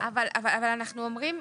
אבל אנחנו אומרים,